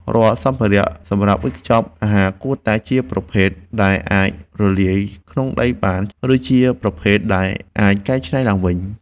រាល់សម្ភារៈសម្រាប់វេចខ្ចប់អាហារគួរតែជាប្រភេទដែលអាចរលាយក្នុងដីបាន ឬជាប្រភេទដែលអាចកែច្នៃឡើងវិញ។